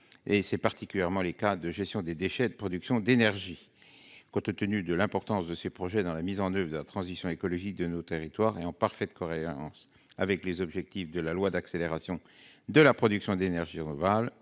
C'est particulièrement le cas des activités de gestion des déchets et de production d'énergies renouvelables. Compte tenu de l'importance de ces projets dans la mise en oeuvre de la transition écologique de nos territoires, et en parfaite cohérence avec les objectifs de la loi relative à l'accélération de la production d'énergies renouvelables